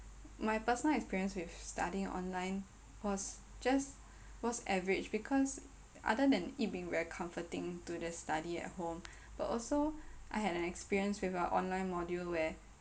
my personal experience with studying online was just was average because other than it been very comforting to the study at home but also I had an experience with a online module where